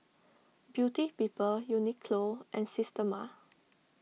Beauty People Uniqlo and Systema